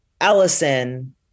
Allison